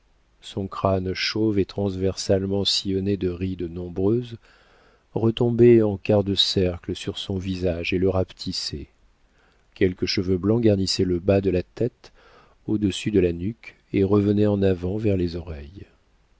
son crâne chauve et transversalement sillonné de rides nombreuses retombait en quart de cercle sur son visage et le rapetissait quelques cheveux blancs garnissaient le bas de la tête au-dessus de la nuque et revenaient en avant vers les oreilles